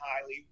highly